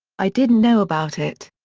i didn't know about it.